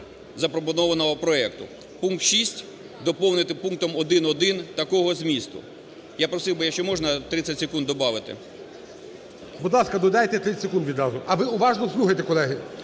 запропонованого проекту. Пункт 6 доповнити пунктом 1-1 такого змісту. Я просив би, якщо можна, 30 секунд добавити. ГОЛОВУЮЧИЙ. Будь ласка, додайте 30 секунд відразу. А ви уважно слухайте, колеги.